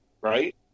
right